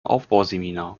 aufbauseminar